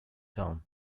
town